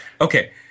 Okay